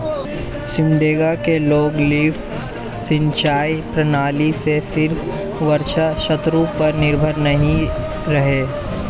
सिमडेगा के लोग लिफ्ट सिंचाई प्रणाली से सिर्फ वर्षा ऋतु पर निर्भर नहीं रहे